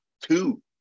two